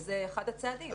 וזה אחד הצעדים.